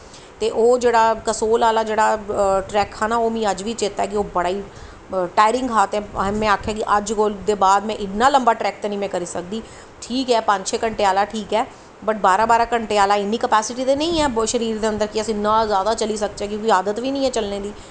तोे ओह् कसोल आह्ला जेह्ड़ा ट्रैक हा ना ओह् मिगी अज्ज बी चेता ऐ कि ओह् बड़ा गै टाईरिंग हा ते में आखेआ अज्ज कोला दा बाद में इन्ना लम्मा ट्रैक ते निं में करी सकदी ठीक ऐ पंज छे घैंटे आह्ला ठीक ऐ बट बारां बारां घैंटे आह्ला इन्नी कपैस्टी नेईं ऐ शरीर दे अंदर कि इन्ना केह् ऐ कि अस इन्ना जैदा चली सकचै कि आदत बी नेईं ऐ चलने दी